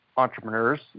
entrepreneurs